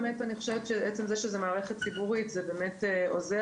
עצם זה שזו מערכת ציבורית זה מאוד עוזר,